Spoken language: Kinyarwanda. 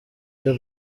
cyo